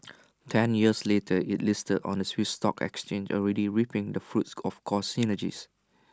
ten years later IT listed on the Swiss stock exchange already reaping the fruits of cost synergies